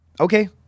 Okay